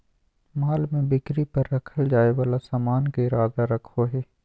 माल में बिक्री पर रखल जाय वाला सामान के इरादा रखो हइ